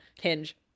hinge